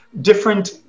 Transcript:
different